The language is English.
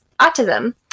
autism